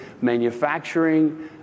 manufacturing